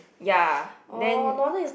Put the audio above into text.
ya then